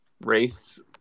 race